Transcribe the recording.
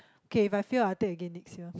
K if I fail I'll take again next year